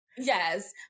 yes